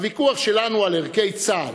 הוויכוח שלנו על ערכי צה"ל,